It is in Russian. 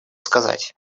сказать